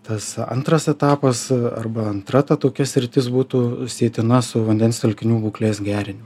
tas antras etapas arba antra ta tokia sritis būtų sietina su vandens telkinių būklės gerinimu